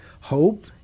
hope